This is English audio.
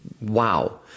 wow